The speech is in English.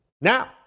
Now